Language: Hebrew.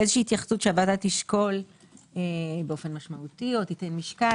איזו שהיא התייחסות שהוועדה תשקול באופן משמעותי או תיתן משקל,